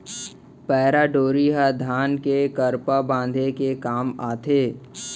पैरा डोरी ह धान के करपा बांधे के काम आथे